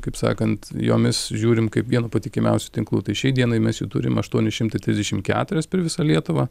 kaip sakant jomis žiūrim kaip vieną patikimiausių tinklų tai šiai dienai mes jų turim aštuoni šimtai trisdešimt keturias per visą lietuvą